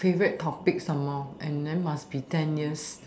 favourite topic some more and then must be ten years